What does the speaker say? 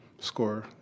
score